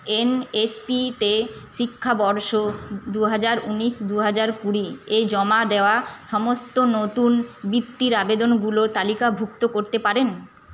N S পিতে শিক্ষাবর্ষ দু হাজার ঊনিশ দু হাজার কুড়ি এ জমা দেওয়া সমস্ত নতুন বৃত্তির আবেদনগুলো তালিকাভুক্ত করতে পারেন